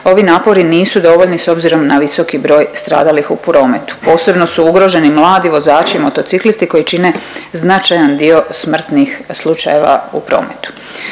ovi napori nisu dovoljni s obzirom na visoki broj stradalih u prometu. Posebno su ugroženi mladi vozači motociklisti koji čine značajan dio smrtnih slučajeva u prometu.